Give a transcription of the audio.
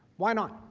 why not?